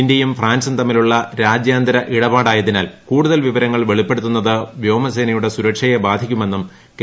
ഇന്ത്യയും ഫ്രാൻസും തമ്മിലുള്ള രാജ്യാന്തരയിടപാടായതിനാൽ കൂടുതൽ വിവരങ്ങൾ വെളിപ്പെടുത്തുന്നത് വ്യോമസേനയുടെ സുരക്ഷയെ ബാധിക്കുമെന്നും കെ